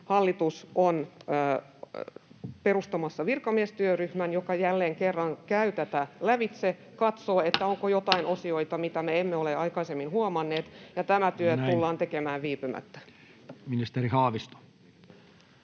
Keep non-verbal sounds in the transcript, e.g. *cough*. hallitus on perustamassa virkamiestyöryhmän, joka jälleen kerran käy tätä lävitse ja katsoo, onko jotain osioita, *noise* mitä me emme ole aikaisemmin huomanneet. Tämä työ tullaan tekemään viipymättä. [Speech 110]